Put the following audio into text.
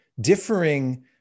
Differing